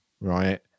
right